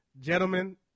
Gentlemen